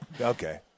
Okay